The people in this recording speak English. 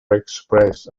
express